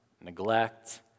neglect